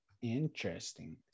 interesting